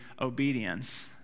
obedience